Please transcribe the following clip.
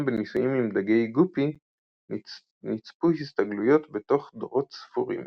וגם בניסויים עם דגי גופי נצפו הסתגלויות בתוך דורות ספורים.